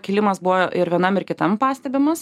kilimas buvo ir vienam ir kitam pastebimas